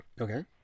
Okay